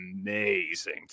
amazing